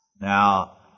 Now